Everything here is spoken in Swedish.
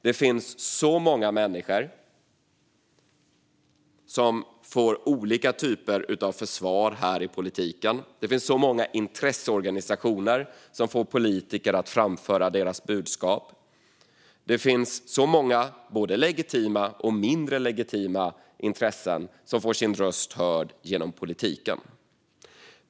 Det finns många människor som får olika typer av försvar här i politiken. Det finns många intresseorganisationer som får politiker att framföra deras budskap. Det finns många intressen, både legitima och mindre legitima, som får sin röst hörd genom politiken.